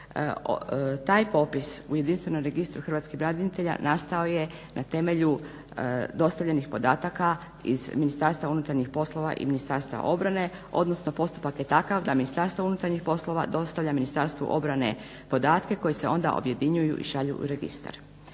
taj popis u Jedinstvenom Registru hrvatskih branitelja nastao je na temelju dostavljenih podataka iz MUP-a i Ministarstva obrane odnosno postupak je takav da MUP dostavlja Ministarstvu obrane podatke koji se onda objedinjuju i šalju u registar